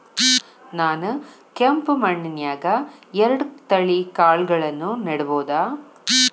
ನಾನ್ ಕೆಂಪ್ ಮಣ್ಣನ್ಯಾಗ್ ಎರಡ್ ತಳಿ ಕಾಳ್ಗಳನ್ನು ನೆಡಬೋದ?